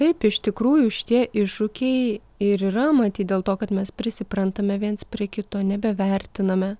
taip iš tikrųjų šitie iššūkiai ir yra matyt dėl to kad mes priprantame viens prie kito nebevertiname